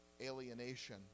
alienation